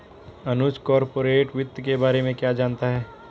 अनुज corporate वित्त के बारे में क्या जानता है?